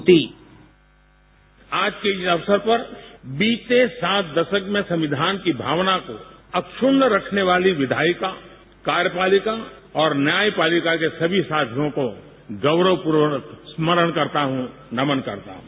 bite प्रधानमंत्री आज के इस अवसर पर बीते सात दशक में संविधान की भावना को अक्षुण्य रखने वाली विधायिका कार्यपालिका और न्यायपालिका के सभी साथियों को गौरवपूर्वक स्मरण करता हूं नमन करता हूं